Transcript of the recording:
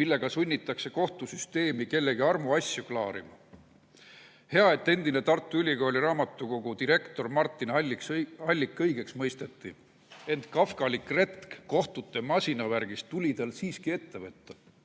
millega sunnitakse kohtusüsteemi kellegi armuasju klaarima. Hea, et endine Tartu Ülikooli raamatukogu direktor Martin Hallik õigeks mõisteti. Ent kafkalik retk kohtute masinavärgis tuli tal siiski ette võtta.